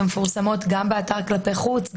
שמפורסמות גם באתר כלפי חוץ,